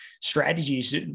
strategies